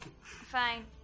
Fine